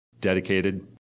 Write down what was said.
dedicated